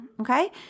Okay